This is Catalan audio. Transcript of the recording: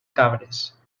cabres